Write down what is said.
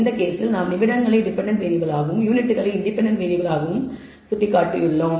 இந்த கேஸில் நாங்கள் நிமிடங்களை டெபென்டென்ட் வேறியபிள் ஆகவும் யூனிட்களை இன்டெபென்டென்ட் வேறியபிள் ஆகவும் சுட்டிக்காட்டியுள்ளோம்